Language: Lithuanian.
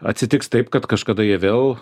atsitiks taip kad kažkada jie vėl